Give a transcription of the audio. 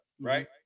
right